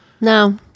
No